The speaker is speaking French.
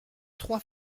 trois